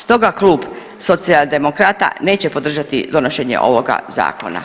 Stoga Klub Socijaldemokrata neće podržati donošenje ovoga zakona.